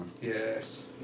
Yes